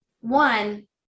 One